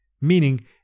meaning